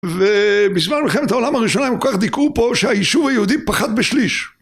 ובזמן מלחמת העולם הראשונה הם כל כך דיכאו פה שהיישוב היהודי פחת בשליש.